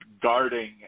guarding